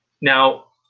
Now